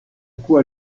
coup